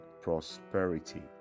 prosperity